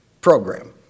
program